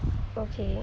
okay